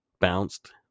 bounced